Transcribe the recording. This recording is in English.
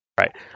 Right